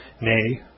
nay